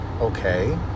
okay